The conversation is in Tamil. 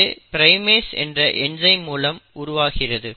இது ப்ரைமேஸ் என்ற என்சைம் மூலம் உருவாகிறது